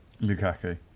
Lukaku